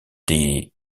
des